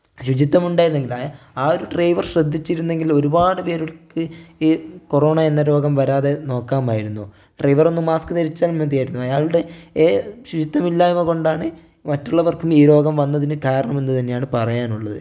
ശുചിത്വം ഉണ്ടായിരുന്നെങ്കില് ആ ഒരു ഡ്രൈവർ ശ്രദ്ധിച്ചിരുന്നെങ്കില് ഒരുപാട് പേർക്ക് ഈ കൊറോണ എന്ന രോഗം വരാതെ നോക്കാമായിരുന്നു ഡ്രൈവറൊന്ന് മാസ്ക്ക് ധരിച്ചാൽ മതിയായിരുന്നു അയാളുടെ ശുചിത്വമില്ലായ്മ കൊണ്ടാണ് മറ്റുള്ളവർക്കും ഈ രോഗം വന്നതിന് കാരണം എന്ന് തന്നെയാണ് പറയാനുള്ളത്